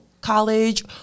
college